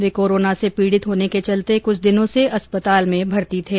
वे corona से पीड़ित होने के चलते कुछ दिनों से अस्पताल में भर्ती थे